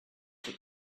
his